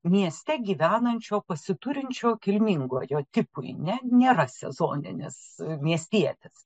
mieste gyvenančio pasiturinčio kilmingojo tipui ne nėra sezoninis miestietis